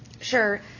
Sure